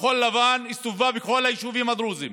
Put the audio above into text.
כחול לבן, הסתובבה בכל היישובים הדרוזיים